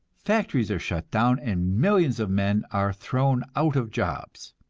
factories are shut down, and millions of men are thrown out of jobs.